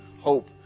hope